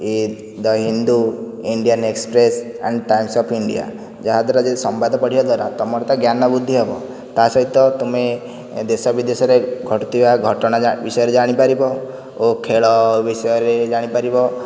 A the Hindu Indian Express and Times of India ଯାହା ଦ୍ଵାରା ଏହି ସମ୍ବାଦ ପଢ଼ିବା ଦ୍ଵାରା ତୁମର ତ ଜ୍ଞାନ ବୃଦ୍ଧି ହେବ ତା'ସହିତ ତୁମେ ଦେଶବିଦେଶରେ ଘଟୁଥିବା ଘଟଣା ବିଷୟରେ ଜାଣିପାରିବ ଓ ଖେଳ ବିଷୟରେ ଜାଣିପାରିବ